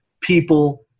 people